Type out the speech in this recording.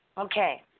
Okay